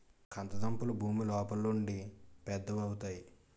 కంద దుంపలు భూమి లోపలుండి పెద్దవవుతాయి